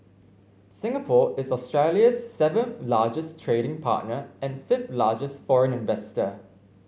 Singapore is Australia's seventh largest trading partner and fifth largest foreign investor